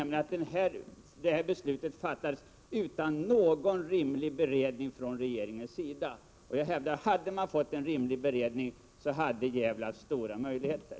Det här beslutet fattades utan någon beredning från regeringens sida. Jag hävdar att om man hade fått en rimlig beredning hade Gävle haft stora möjligheter.